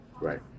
Right